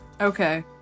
okay